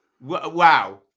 Wow